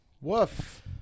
Woof